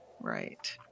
Right